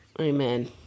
Amen